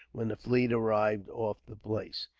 when the fleet arrived off the place.